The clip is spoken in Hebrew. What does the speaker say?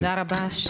תודה רבה,